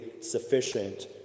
sufficient